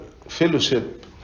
fellowship